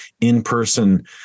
in-person